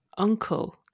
uncle